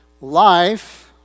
life